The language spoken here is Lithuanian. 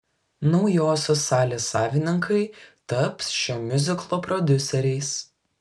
naujosios salės savininkai taps šio miuziklo prodiuseriais